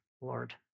Lord